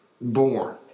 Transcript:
born